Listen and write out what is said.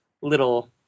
little